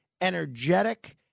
energetic